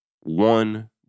one